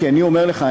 כי אני אומר לך,